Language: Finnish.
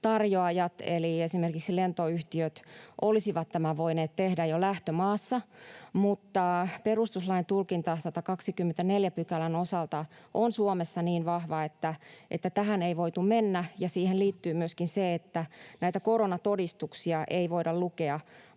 tarjoajat eli esimerkiksi lentoyhtiöt olisivat tämän voineet tehdä jo lähtömaassa, mutta perustuslain tulkinta 124 §:n osalta on Suomessa niin vahva, että tähän ei voitu mennä. Siihen liittyy myöskin se, että näitä koronatodistuksia ei voida lukea